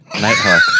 Nighthawk